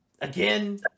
again